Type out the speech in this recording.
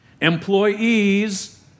Employees